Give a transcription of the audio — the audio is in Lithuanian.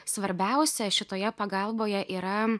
svarbiausia šitoje pagalboje yra